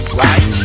right